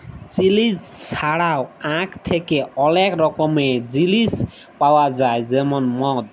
chilli ছাড়াও আখ থ্যাকে অলেক রকমের জিলিস পাউয়া যায় যেমল মদ